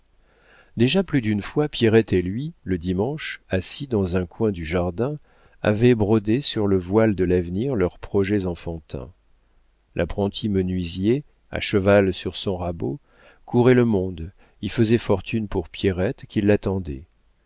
déjà plus d'une fois pierrette et lui le dimanche assis dans un coin du jardin avaient brodé sur le voile de l'avenir leurs projets enfantins l'apprenti menuisier à cheval sur son rabot courait le monde y faisait fortune pour pierrette qui l'attendait